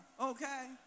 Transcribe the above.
okay